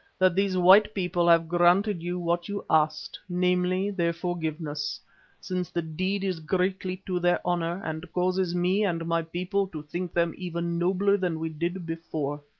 that these white people have granted you what you asked namely, their forgiveness since the deed is greatly to their honour and causes me and my people to think them even nobler than we did before.